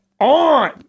on